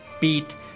Beat